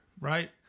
Right